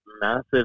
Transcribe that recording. massive